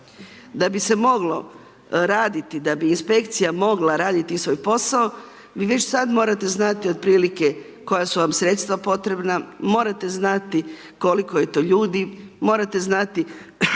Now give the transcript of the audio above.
da bi se moglo raditi, da bi inspekcija mogla raditi svoj posao vi već sad morate znati otprilike koja su vam sredstva potrebna, morate znati koliko je to ljudi, morate znati